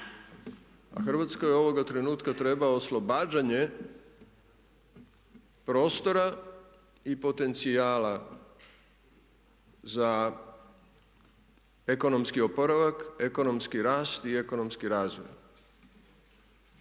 A Hrvatskoj ovoga trenutka treba oslobađanje prostora i potencijala za ekonomski oporavak, ekonomski rast i ekonomski razvoj.